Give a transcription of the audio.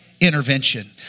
intervention